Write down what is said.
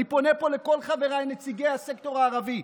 אני פונה פה לכל חבריי נציגי הסקטור הערבי: